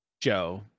Joe